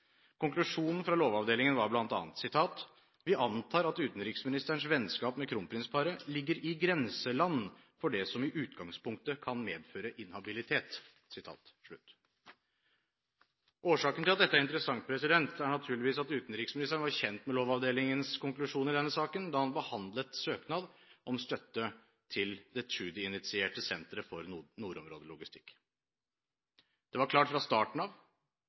Konklusjonen fra lovavdelingen var bl.a.: «Vi antar at utenriksministerens vennskap med kronprinsparet ligger i grenseland for det som i utgangspunktet kan medføre inhabilitet.» Årsaken til at dette er interessant, er naturligvis at utenriksministeren var kjent med Lovavdelingens konklusjon i denne saken da han behandlet søknaden om støtte til det Tschudi-initierte Senter for nordområdelogistikk. Det var klart fra starten av